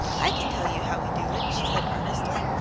i can tell you how we do it, she said earnestly.